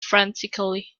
frantically